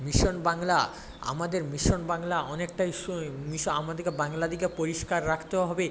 mission Bangla আমাদের mission Bangla অনেকটাই সু মিশন আমাদেরকে বাংলাকে পরিষ্কার রাখতেও হবে